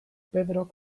pedrok